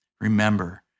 remember